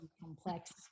complex